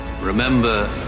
Remember